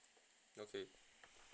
okay